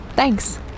Thanks